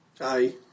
Aye